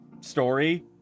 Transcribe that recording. story